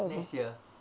next year